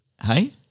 hey